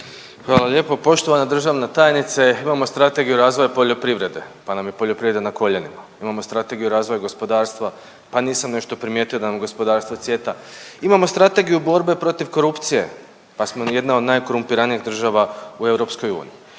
Hvala lijepo. Poštovana državna tajnice. Imamo Strategiju razvoja poljoprivrede, pa nam je poljoprivreda ne koljenima, imamo Strategiju razvoja gospodarstva pa nisam nešto primijetio da nam gospodarstvo cvjeta, imamo Strategiju borbe protiv korupcije pa smo jedna od najkorumpiranijih država u EU,